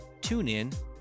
TuneIn